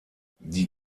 die